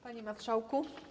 Panie Marszałku!